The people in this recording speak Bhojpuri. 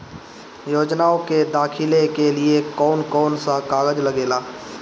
योजनाओ के दाखिले के लिए कौउन कौउन सा कागज लगेला?